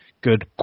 good